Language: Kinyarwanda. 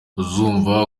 uzumva